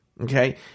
Okay